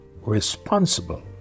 responsible